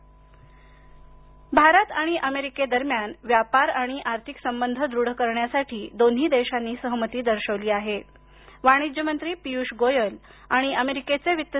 भारत भारत आणि अमेरिकेदरम्यान व्यापार आणि आर्थिक संबंध दृढ करण्यासाठी दोन्ही देशांनी सहमती दर्शवली आहेवाणिज्य मंत्री पीयूष गोयल आणि अमेरिकेचे वित्त